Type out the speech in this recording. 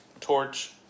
torch